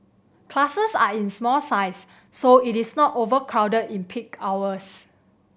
classes are in small size so it is not overcrowded in peak hours